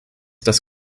dass